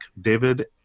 David